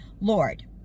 Lord